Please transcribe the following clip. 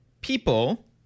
people